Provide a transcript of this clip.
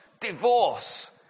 divorce